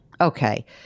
Okay